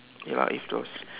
ya lah it's those